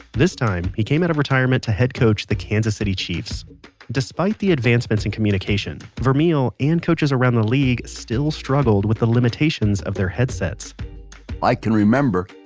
this time, he came out of retirement to head coach the kansas city chiefs despite the advancements in communications, vermeil and coaches around the league still struggled with the limitations of their headsets i can remember,